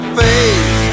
face